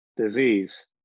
disease